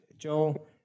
Joel